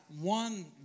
one